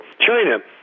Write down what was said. China